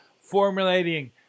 formulating